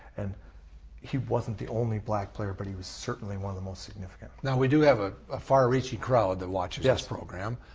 and he wasn't the only black player but he was certainly one of the most significant. now we do have a ah far reaching crowd that watches this program.